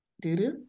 Dudu